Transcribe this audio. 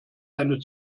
eine